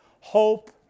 Hope